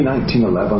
1911